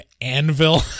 anvil